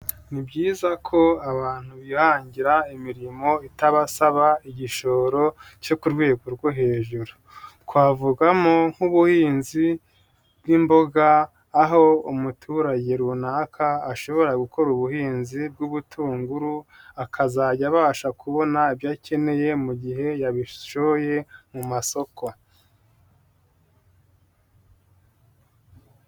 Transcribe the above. Ni byiza ko abantu bihangira imirimo itabasaba igishoro cyo ku rwego rwo hejuru, twavugamo nk'ubuhinzi bw'imboga aho umuturage runaka ashobora gukora ubuhinzi bw'ubutunguru akazajya abasha kubona ibyo akeneye mu gihe yabishoye mu masoko.